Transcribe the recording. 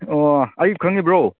ꯑꯣ ꯑꯩꯕꯨ ꯈꯪꯉꯤꯕ꯭ꯔꯣ